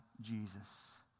Jesus